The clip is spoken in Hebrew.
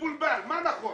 מבולבל - מה נכון?